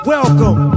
Welcome